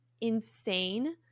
insane